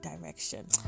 direction